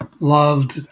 loved